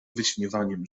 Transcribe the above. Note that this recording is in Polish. wyśmiewaniem